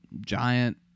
giant